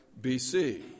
BC